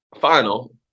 final